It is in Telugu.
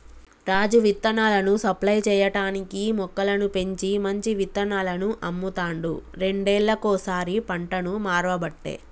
రాజు విత్తనాలను సప్లై చేయటానికీ మొక్కలను పెంచి మంచి విత్తనాలను అమ్ముతాండు రెండేళ్లకోసారి పంటను మార్వబట్టే